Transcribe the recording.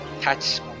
touch